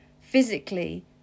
physically